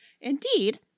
Indeed